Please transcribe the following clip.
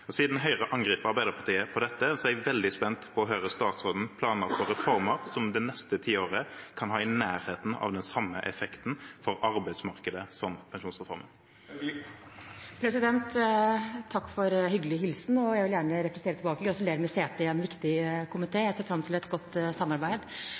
arbeid. Siden Høyre angriper Arbeiderpartiet på dette, er jeg veldig spent på å høre statsrådens planer for reformer som i de neste ti årene kan ha i nærheten av samme effekt for arbeidsmarkedet som pensjonsreformen har. Takk for hyggelig hilsen, og jeg vil gjerne replisere tilbake: Gratulerer med sete i en viktig